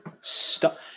stop